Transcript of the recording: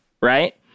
Right